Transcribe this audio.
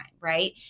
right